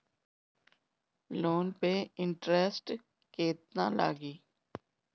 Loan पे interest केतना लागी?